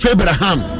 Abraham